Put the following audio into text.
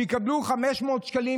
שיקבלו 500 שקלים,